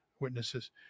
witnesses